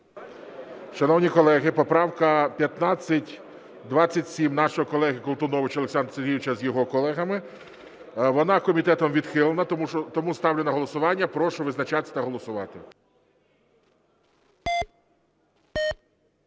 Шановні колеги, поправка 1527 нашого колеги Колтуновича Олександра Сергійовича з його колегами. Вона комітетом відхилена. Тому ставлю на голосування. Прошу визначатись та голосувати.